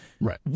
Right